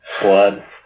Blood